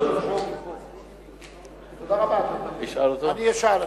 תודה רבה, אני אשאל.